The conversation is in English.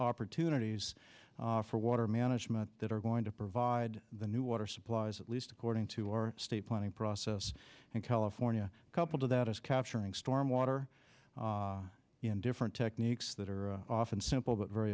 opportunities for water management that are going to provide the new water supplies at least according to our state planning process and california couple to that is capturing storm water in different techniques that are often simple but very